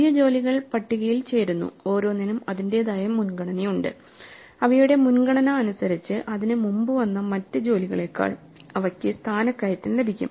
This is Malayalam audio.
പുതിയ ജോലികൾ പട്ടികയിൽ ചേരുന്നു ഓരോന്നിനും അതിന്റേതായ മുൻഗണനയുണ്ട് അവയുടെ മുൻഗണന അനുസരിച്ച് അതിനു മുമ്പ് വന്ന മറ്റ് ജോലികളേക്കാൾ അവക്ക് സ്ഥാനക്കയറ്റം ലഭിക്കും